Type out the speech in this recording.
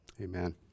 amen